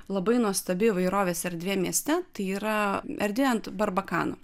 labai nuostabi įvairovės erdvė mieste tai yra erdvė ant barbakano